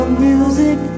music